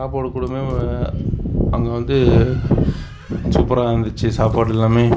சாப்பாடுக் கூடவே அங்கே வந்து சூப்பராக இருந்துச்சு சாப்பாடு எல்லாமே